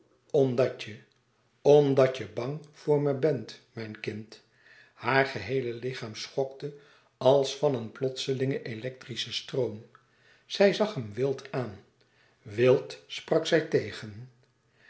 omdat je omdat je bang voor me bent mijn kind haar geheele lichaam schokte als van een plotselingen electrischen stroom zij zag hem wild aan wild sprak zij tegen